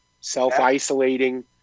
self-isolating